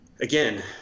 again